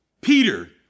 Peter